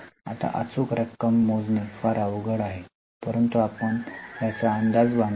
आता अचूक रक्कम मोजणे फार अवघड आहे परंतु आपण याचा अंदाज बांधतो